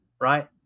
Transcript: right